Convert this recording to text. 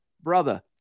brother